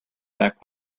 back